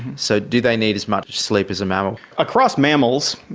so do they need as much sleep as a mammal? across mammals,